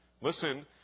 listen